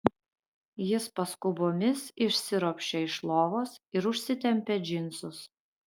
jis paskubomis išsiropščia iš lovos ir užsitempia džinsus